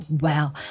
Wow